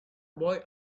boy